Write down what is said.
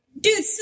Dude